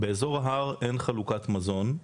באזור ההר אין חלוקת מזון,